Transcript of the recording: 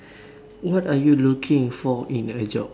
what are you looking for in a job